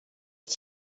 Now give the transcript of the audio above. six